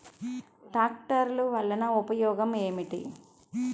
ట్రాక్టర్లు వల్లన ఉపయోగం ఏమిటీ?